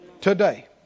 Today